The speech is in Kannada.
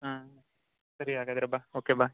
ಹಾಂ ಸರಿ ಹಾಗಾದ್ರೆ ಬಾ ಓಕೆ ಬಾ